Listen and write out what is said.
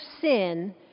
sin